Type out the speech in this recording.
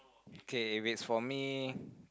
okay if is for me